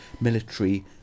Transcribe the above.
military